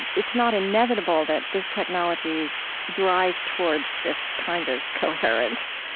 it's not inevitable that this technology drives towards this kind of coherence,